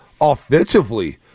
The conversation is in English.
offensively